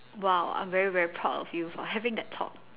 !wow! I'm very very proud of you for having that thought